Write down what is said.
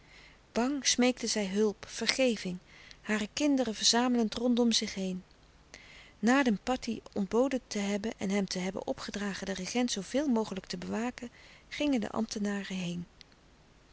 bang smeekte zij hulp vergeving hare kinderen verzamelend rondom zich heen na den patih ontboden te hebben en hem te hebben opgedragen den regent zooveel mogelijk te bewaken gingen de ambtenaren heen